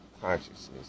consciousness